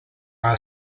are